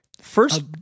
first